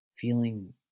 feeling